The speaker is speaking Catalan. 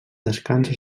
descansa